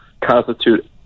constitute